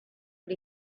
but